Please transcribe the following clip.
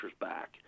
back